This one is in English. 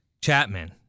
Chapman